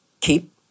keep